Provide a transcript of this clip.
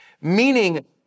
Meaning